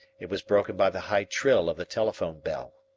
it was broken by the high trill of the telephone-bell.